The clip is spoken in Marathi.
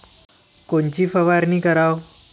कोनची फवारणी कराव?